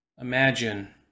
imagine